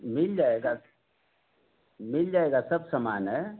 मिल जाएगा मिल जाएगा सब समान है